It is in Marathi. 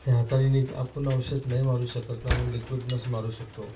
त्या हातानी निग् आपण औषध नाही मारू शकत ना मून लिक्विडनंच मारू शकतो